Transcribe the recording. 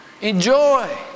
Enjoy